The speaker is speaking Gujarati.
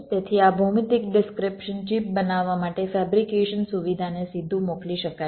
તેથી આ ભૌમિતિક ડિસ્ક્રીપ્શન ચિપ બનાવવા માટે ફેબ્રિકેશન સુવિધાને સીધું મોકલી શકાય છે